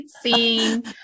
seeing